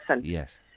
Yes